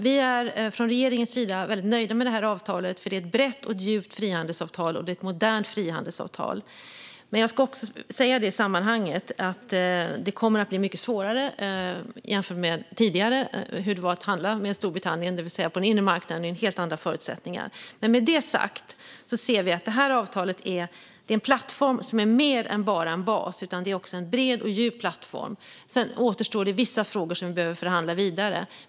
Vi är från regeringens sida väldigt nöjda med avtalet, för det är ett brett, djupt och modernt frihandelsavtal. I sammanhanget vill jag dock säga att det kommer att bli mycket svårare än tidigare att handla med Storbritannien. På den inre marknaden råder helt andra förutsättningar. Med det sagt ser vi att det här avtalet är en plattform som är mer än bara en bas. Det är en bred och djup plattform. Sedan återstår det vissa frågor som vi behöver förhandla vidare.